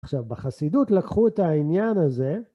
עכשיו, בחסידות לקחו את העניין הזה,